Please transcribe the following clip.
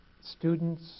students